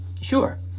Sure